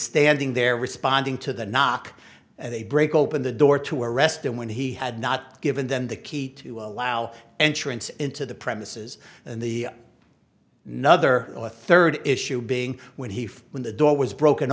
standing there responding to the knock and they break open the door to arrest him when he had not given them the key to allow entrance into the premises and the no other or third issue being when he when the door was broken